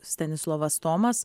stanislovas tomas